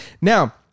Now